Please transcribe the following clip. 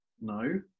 No